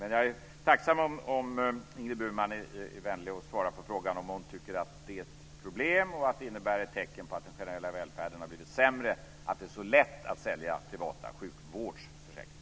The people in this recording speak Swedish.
Men jag är tacksam om Ingrid Burman är vänlig och svarar på frågan om hon tycker att det är ett problem och ett tecken på att den generella välfärden har blivit sämre att det är så lätt att sälja privata sjukvårdsförsäkringar.